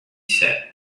said